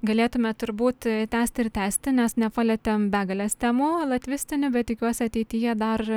galėtume turbūt tęsti ir tęsti nes nepalietėm begalės temų latvistinių bet tikiuosi ateityje dar